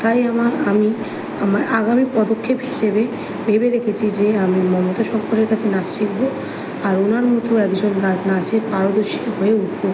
তাই আমার আমি আমার আগামী পদক্ষেপ হিসেবে ভেবে রেখেছি যে আমি মমতা শঙ্করের কাছে নাচ শিখব আর ওনার মতো একজন নাচের পারদর্শী হয়ে উঠব